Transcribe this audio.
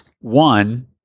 One